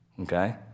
Okay